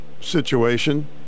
situation